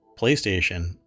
PlayStation